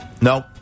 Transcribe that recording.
No